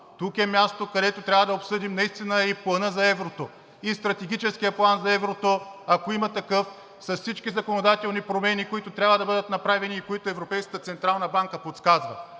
Тук е мястото, където трябва да обсъдим наистина и Плана за еврото, и Стратегическия план за еврото, ако има такъв, с всички законодателни промени, които трябва да бъдат направени и които Европейската централна банка подсказва.